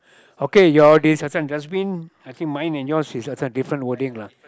okay your this different that's mean I think mine and yours is the different wording lah